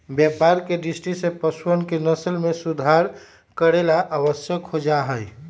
व्यापार के दृष्टि से पशुअन के नस्ल के सुधार करे ला आवश्यक हो जाहई